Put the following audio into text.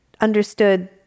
understood